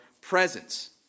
presence